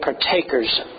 partakers